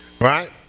right